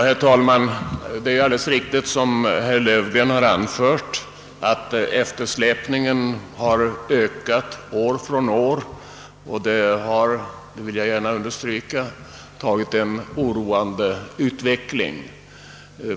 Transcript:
Herr talman! Det är alldeles riktigt som herr Löfgren anfört att eftersläpningen av patentmål ökat år från år, och jag vill gärna understryka att detta utgör en oroväckande utveckling.